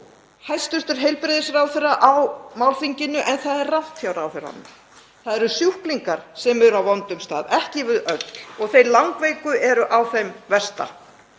hæstv. heilbrigðisráðherra á málþinginu en það er rangt hjá ráðherranum. Það eru sjúklingar sem eru á vondum stað, ekki við öll, og þeir langveiku eru á þeim versta.